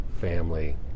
family